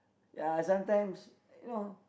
ya sometimes you know